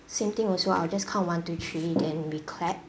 same thing also I'll just count one two three then we clap